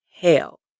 hell